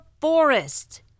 forest